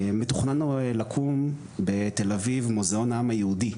מתוכנן לקום בתל אביב מוזיאון העם היהודי,